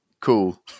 cool